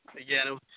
again